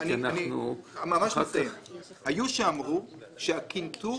היו שאמרו שהקנטור